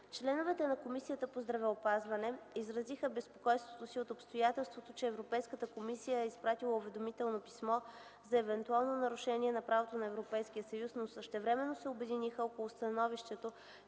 Членовете на Комисията по здравеопазването изразиха безпокойството си от обстоятелството, че Европейската комисия е изпратила уведомително писмо за евентуално нарушение на правото на Европейския съюз, но същевременно се обединиха около становището,